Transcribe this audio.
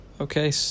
Okay